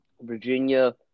Virginia